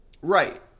right